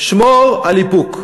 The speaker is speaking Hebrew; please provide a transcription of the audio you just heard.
שמור על איפוק.